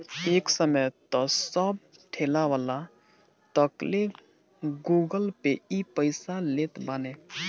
एक समय तअ सब ठेलावाला तकले गूगल पे से पईसा लेत बाने